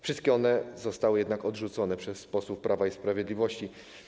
Wszystkie one zostały jednak odrzucone przez posłów Prawa i Sprawiedliwości.